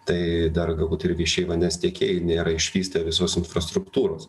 tai dar galbūt irgi išeina nes tiekėjai nėra išvystę visos infrastruktūros